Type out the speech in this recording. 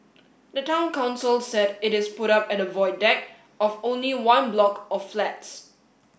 the Town Council said it is put up at the Void Deck of only one block of flats